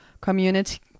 community